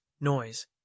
noise